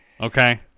Okay